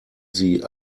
sie